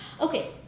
Okay